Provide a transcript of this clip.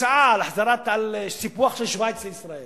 הצעה על סיפוח של שווייץ לישראל.